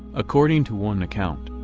according to one account,